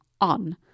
on